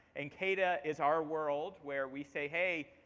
and kada is our world where we say, hey,